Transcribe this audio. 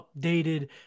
updated